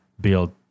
build